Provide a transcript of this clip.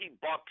Bucks